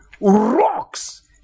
rocks